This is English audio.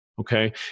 Okay